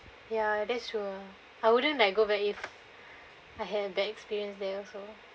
ya that's true I wouldn't like go back if if I had a bad experience there also